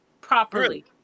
properly